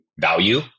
value